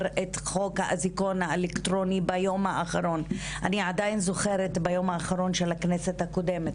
את חוק האזיקון האלקטרוני ביום האחרון של הכנסת הקודמת.